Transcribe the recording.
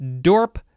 dorp